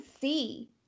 see